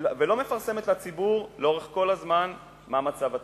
ולא מפרסמת לציבור, לאורך כל הזמן, מה מצב התיק.